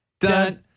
dun